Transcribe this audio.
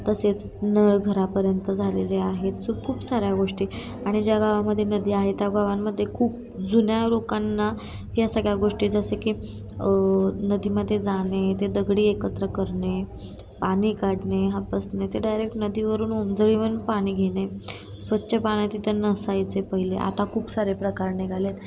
तसेच नळ घरापर्यंत झालेले आहेत सो खूप साऱ्या गोष्टी आणि ज्या गावामध्ये नदी आहे त्या गावांमध्ये खूप जुन्या लोकांना ह्या सगळ्या गोष्टी जसं की नदीमध्ये जाणे ते दगड एकत्र करणे पाणी काढणे हापसणे ते डायरेक्ट नदीवरून ओंजळीवरून पाणी घेणे स्वच्छ पाणी तिथं नसायचे पहिले आता खूप सारे प्रकार निघाले आहेत